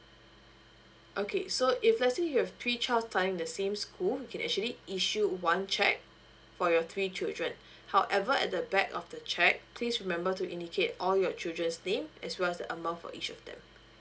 okay so if let's say you have three child studying in the same school you can actually issue one check for your three children however at the back of the check please remember to indicate all your children's name as well as the amount for each of them